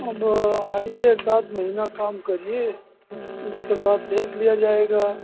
अब आइए एक आध महिना काम करिए उसके बाद देख लिया जाएगा